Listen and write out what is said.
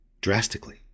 Drastically